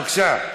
בבקשה.